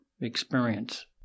experience